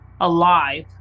alive